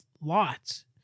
lots